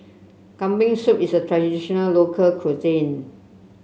Kambing Soup is a traditional local cuisine